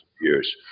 years